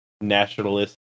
nationalist